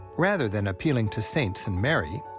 rather than appealing to saints and mary,